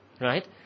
right